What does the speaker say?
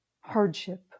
hardship